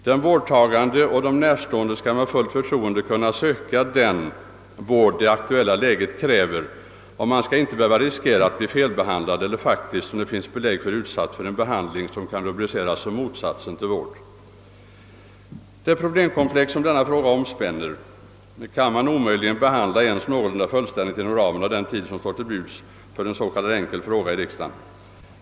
Den vårdtagande och de närstående skall med fullt förtroende kunna söka den vård som det aktuella läget kräver, och man skall inte behöva riskera att bli felbehandlad eller, vilket faktiskt finns belägg för, utsatt för en behandling som kan rubriceras som motsatsen till vård. Det problemkomplex som denna fråga omspänner kan man omöjligen behandla ens någorlunda fullständigt inom ramen för den tid som står till buds för en s.k. enkel fråga i riksdagen.